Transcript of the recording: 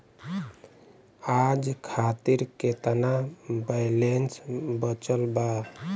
आज खातिर केतना बैलैंस बचल बा?